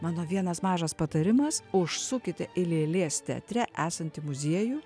mano vienas mažas patarimas užsukite į lėlės teatre esantį muziejų